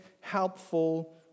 helpful